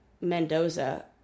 Mendoza